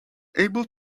able